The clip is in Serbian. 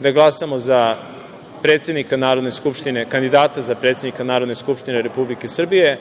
da glasamo za kandidata za predsednika Narodne skupštine Republike Srbije